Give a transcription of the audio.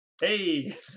Hey